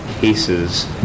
cases